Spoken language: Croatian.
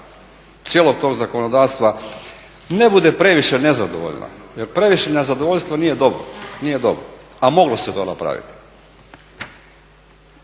cijelog tog zakonodavstva ne bude previše nezadovoljno jer previše nezadovoljstva nije dobro, a moglo se to napraviti.